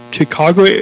Chicago